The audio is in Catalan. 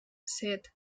set